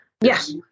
Yes